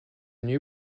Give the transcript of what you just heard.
new